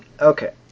okay